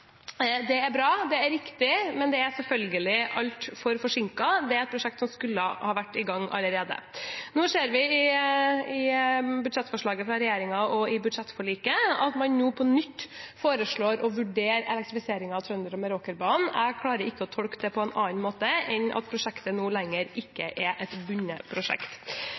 Det er bra. Det er riktig, men det er selvfølgelig altfor forsinket. Det er et prosjekt som skulle ha vært i gang allerede. Nå ser vi i budsjettforslaget fra regjeringen og i budsjettforliket at man på nytt foreslår å vurdere elektrifisering av Trønderbanen og Meråkerbanen. Jeg klarer ikke å tolke det på annen måte enn at prosjektet nå ikke lenger er et bundet prosjekt.